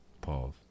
Pause